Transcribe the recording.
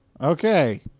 Okay